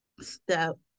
step